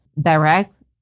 direct